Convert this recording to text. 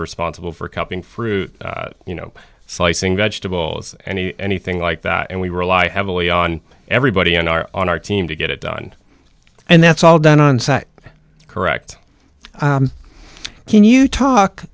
responsible for keeping fruit you know slicing vegetables any anything like that and we rely heavily on everybody on our on our team to get it done and that's all done on site correct can you talk